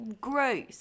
gross